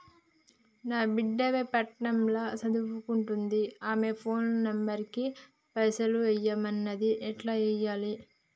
నా బిడ్డే పట్నం ల సదువుకుంటుంది ఆమె ఫోన్ నంబర్ కి పైసల్ ఎయ్యమన్నది ఎట్ల ఎయ్యాలి?